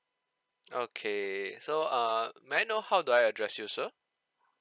okay so err may I know how do I address you sir